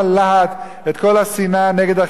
את כל השנאה נגד אחרים שלא רוצים.